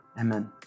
amen